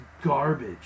garbage